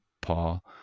Paul